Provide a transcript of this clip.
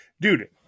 dude